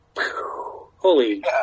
holy